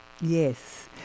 Yes